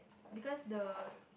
because the